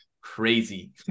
crazy